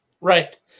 Right